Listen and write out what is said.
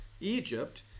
Egypt